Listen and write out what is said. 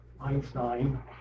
Einstein